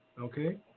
Okay